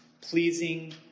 pleasing